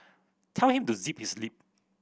tell him to zip his lip